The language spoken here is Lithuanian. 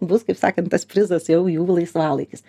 bus kaip sakant tas prizas jau jų laisvalaikis